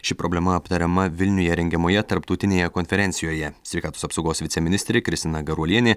ši problema aptariama vilniuje rengiamoje tarptautinėje konferencijoje sveikatos apsaugos viceministrė kristina garuolienė